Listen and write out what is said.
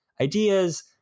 ideas